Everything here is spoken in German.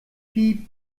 piep